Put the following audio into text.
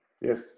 Yes